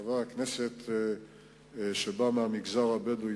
חבר הכנסת מהמגזר הבדואי,